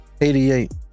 88